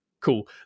Cool